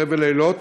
חבל אילות,